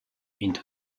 into